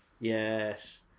Yes